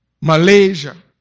Malaysia